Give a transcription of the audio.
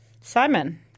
Simon